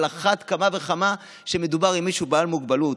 על אחת כמה וכמה כשמדובר במישהו בעל מוגבלות.